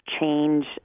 change